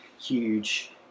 huge